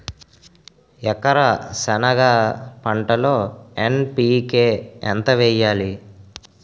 ఎకర సెనగ పంటలో ఎన్.పి.కె ఎంత వేయాలి?